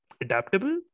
adaptable